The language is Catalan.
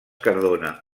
cardona